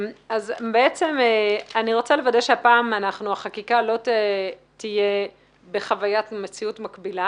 אני רוצה לוודא שהפעם החקיקה לא תהיה בחוויית מציאות מקבילה